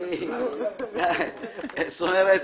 זאת אומרת,